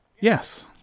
Yes